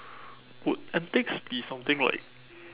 would antics be something like